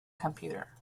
computer